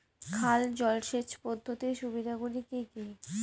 খাল জলসেচ পদ্ধতির সুবিধাগুলি কি কি?